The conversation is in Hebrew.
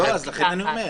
נכון.